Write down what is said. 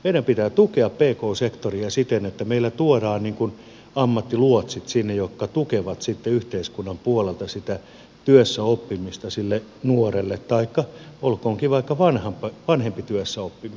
meidän pitää tukea pk sektoria siten että tuodaan sinne ammattiluotsit jotka tukevat sitten yhteiskunnan puolelta sitä nuoren työssäoppimista taikka olkoonkin vaikka vanhempi työssäoppija